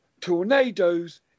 tornadoes